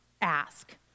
ask